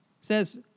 says